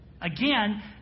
Again